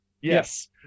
Yes